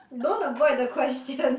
don't avoid the question